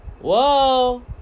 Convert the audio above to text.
Whoa